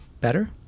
better